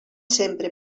sempre